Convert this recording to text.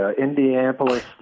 Indianapolis